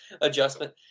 adjustment